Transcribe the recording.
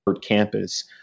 campus